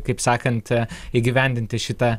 kaip sakant įgyvendinti šitą